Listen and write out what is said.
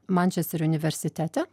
mančesterio universitete